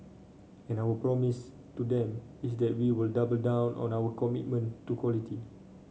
and our promise to them is that we will double down on our commitment to quality